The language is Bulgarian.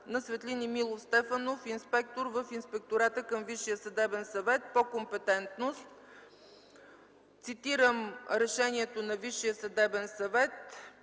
на Светлин Емилов Стефанов – инспектор в Инспектората към Висшия съдебен съвет по компетентност. Цитирам решението на Висшия съдебен съвет: